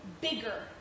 bigger